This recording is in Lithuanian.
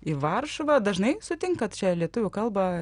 į varšuvą dažnai sutinkat čia lietuvių kalbą